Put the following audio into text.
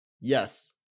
yes